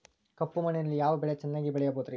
ಕಪ್ಪು ಮಣ್ಣಿನಲ್ಲಿ ಯಾವ ಬೆಳೆ ಚೆನ್ನಾಗಿ ಬೆಳೆಯಬಹುದ್ರಿ?